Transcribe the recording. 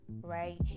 Right